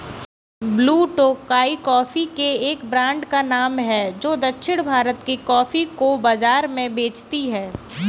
blue Tokai coffee के एक brand का नाम है जो दक्षिण भारत के कॉफी को बाजार में बेचती है